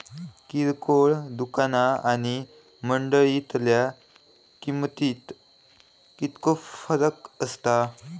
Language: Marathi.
किरकोळ दुकाना आणि मंडळीतल्या किमतीत कितको फरक असता?